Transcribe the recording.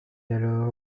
alors